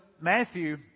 Matthew